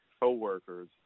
co-workers